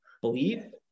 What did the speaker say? Believe